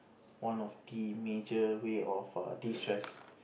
one of the major way of err destress